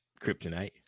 kryptonite